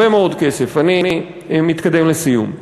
אני מתקדם לסיום,